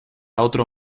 otro